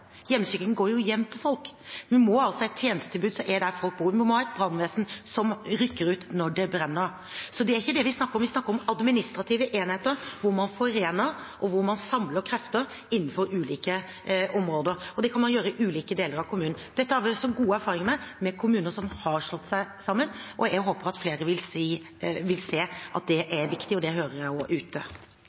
går jo hjem til folk. Vi må ha et tjenestetilbud som er der folk bor. Vi må ha et brannvesen som rykker ut når det brenner. Så det er ikke det vi snakker om. Vi snakker om administrative enheter, hvor man forener, og hvor man samler krefter innenfor ulike områder. Det kan man gjøre i ulike deler av kommunen. Dette har vi også gode erfaringer med i kommuner som har slått seg sammen. Jeg håper at flere vil se at det er viktig, og det hører jeg også ute.